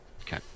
Okay